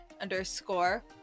underscore